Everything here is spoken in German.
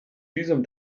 visum